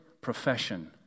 profession